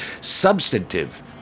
substantive